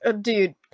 Dude